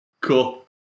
Cool